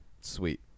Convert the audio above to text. sweet